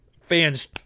fans